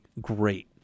great